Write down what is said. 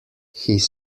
his